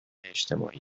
اجتماعی